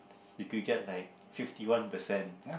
if you get like fifty one percent